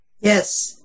Yes